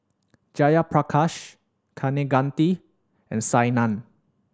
Jayaprakash Kaneganti and Saina